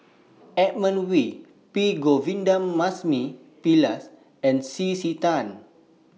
Edmund Wee P Govindasamy Pillai and C C Tan